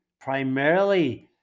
primarily